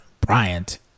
Bryant